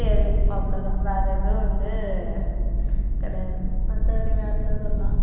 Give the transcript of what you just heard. தெரியும் அவ்வளோ தான் வேறு எதுவும் வந்து கிடையாது மற்றபடி வேறு என்ன சொல்லலாம்